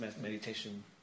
meditation